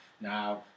Now